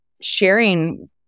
sharing